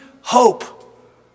hope